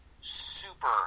super